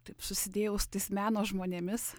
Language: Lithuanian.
taip susidėjau su tais meno žmonėmis